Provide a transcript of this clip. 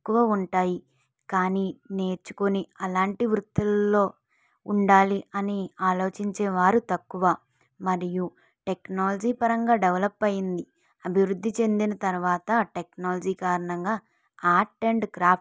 ఎక్కువ ఉంటాయి కానీ నేర్చుకొని అలాంటి వృత్తులలో ఉండాలి అని ఆలోచించేవారు తక్కువ మరియు టెక్నాలజీ పరంగా డెవలప్ అయింది అభివృద్ధి చెందిన తరువాత టెక్నాలజీ కారణంగా ఆర్ట్ అండ్ క్రాఫ్ట్